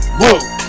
whoa